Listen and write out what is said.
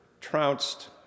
trounced